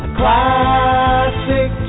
classic